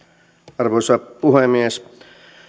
arvoisa puhemies